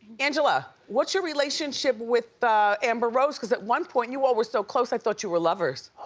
angela, what's your relationship with amber rose, cause at one point you all were so close i thought you were lovers.